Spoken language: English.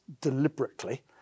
deliberately